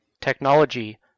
Technology